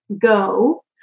go